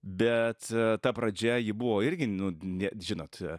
bet ta pradžia ji buvo irgi nu net žinot